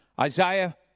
Isaiah